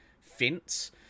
fence